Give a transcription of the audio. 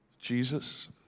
Jesus